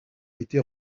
été